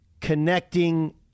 connecting